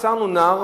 עצרנו נער,